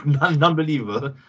unbelievable